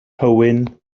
hywyn